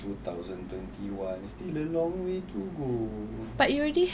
two thousand twenty one is still a long way to go